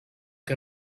que